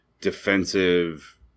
defensive